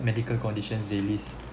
medical condition they list